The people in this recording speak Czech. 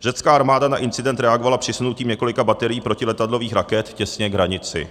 Řecká armáda na incident reagovala přisunutím několika baterií protiletadlových raket těsně k hranici.